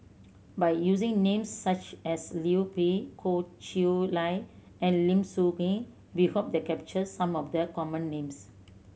by using names such as Liu Peihe Goh Chiew Lye and Lim Soo Ngee we hope to capture some of the common names